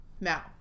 Now